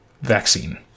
vaccine